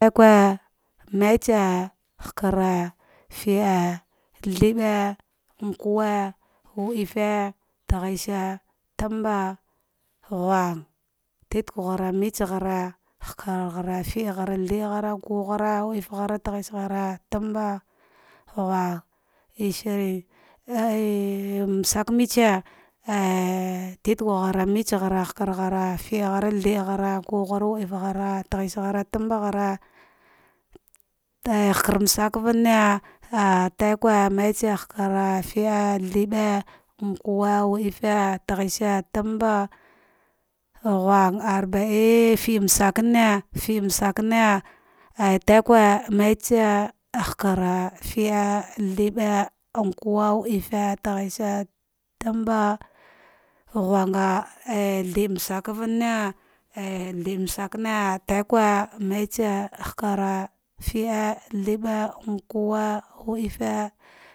Tiokwe, metse, hakare, fede, thirbe, nkuwe, wa'difi, taghishi tamba ghung, titghere metse ghere halearghere tide ghare, thirghere, ngkwawoghere jwatif ghare, tighisghare, tambaghere, ghimghere asirin masakmetse ah titghere metse ghare nakarghere, fidghare, thirhase nkughe, walfi ghare, tahisghere, tamba ghere, del hakama, tigue, metsi, hakare, fide, thirghe, nkuwe, wadifi, taghise, tamba, ghing, arbain, ah fidma sakane, fidmaskane, aln tigue, metse, hakare fidi thirde, nkuwe, wadifi, tahsh, tamba, gunga thirdmaskavane third maskene tegue metsi hakure fide third nkuwe wadifi.